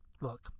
look